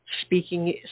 speaking